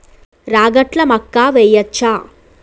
రాగట్ల మక్కా వెయ్యచ్చా?